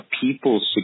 people's